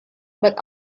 but